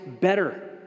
better